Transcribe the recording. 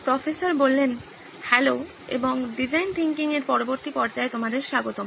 professor hello এবং design thinking এর পরবর্তী পর্যায়ে তোমাদের স্বাগতম